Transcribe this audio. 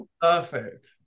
perfect